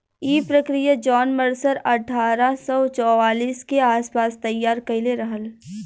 इ प्रक्रिया John Mercer अठारह सौ चौवालीस के आस पास तईयार कईले रहल